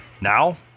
Now